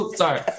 sorry